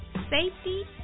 Safety